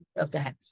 Okay